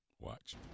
Watch